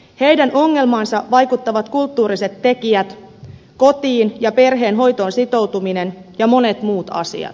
heidän ongelmaansa vaikuttavat kulttuuriset tekijät kotiin ja perheen hoitoon sitoutuminen ja monet muut asiat